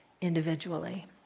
individually